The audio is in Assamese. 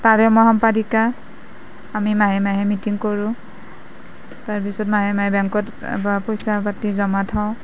তাৰে মই সম্পাদিকা আমি মাহে মাহে মিটিং কৰোঁ তাৰপিছত মাহে মাহে বেংকত পইচা পাতি জমা থওঁ